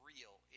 real